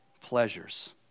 pleasures